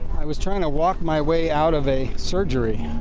i was trying to walk my way out of a surgery.